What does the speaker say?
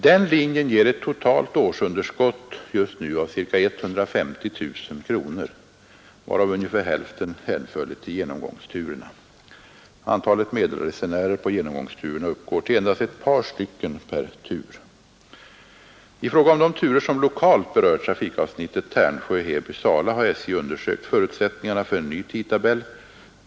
Den linjen ger just nu ett totalt årsunderskott av cirka 150000 kronor, varav ungefär hälften är hänförligt till genomgångsturerna. Antalet resenärer på genomgångsturerna uppgår till i medeltal endast ett par stycken per tur. I fråga om de turer som lokalt berör trafikavsnittet Tärnsjö-Heby— Sala har SJ undersökt förutsättningarna för en ny tidtabell.